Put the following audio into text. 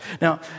Now